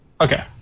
Okay